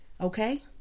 okay